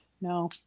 no